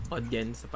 Audience